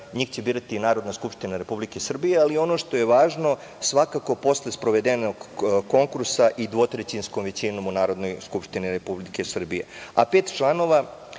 njih će birati Narodna skupština Republike Srbije, ali ono što je važno, svakako, posle sprovedenog konkursa i dvotrećinskom većinom u Narodnoj skupštini Republike Srbije.